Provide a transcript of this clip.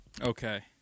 Okay